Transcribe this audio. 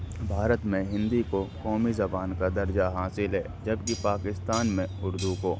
بھارت میں ہندی کو قومی زبان کا درجہ حاصل ہے جبکہ پاکستان میں اردو کو